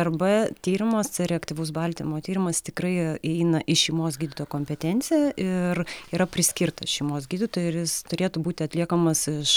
rb tyrimas reaktyvaus baltymo tyrimas tikrai įeina į šeimos gydytojo kompetenciją ir yra priskirta šeimos gydytojui ir jis turėtų būti atliekamas iš